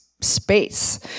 space